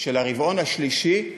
של הרבעון השלישי,